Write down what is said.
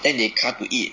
then they come to eat